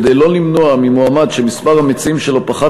כדי לא למנוע ממועמד שמספר המציעים שלו פחת